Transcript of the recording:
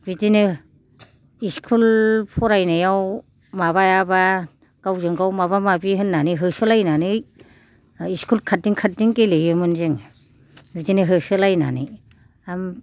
बिदिनो इसकुल फरायनायाव माबायाबा गावजों गाव माबा माबि होन्नानै होसोलायनानै इसकुल खारदिं खारदिं गेलेयोमोन जों बिदिनो होसोलायनानै